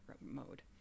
mode